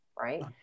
Right